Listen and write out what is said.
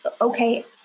okay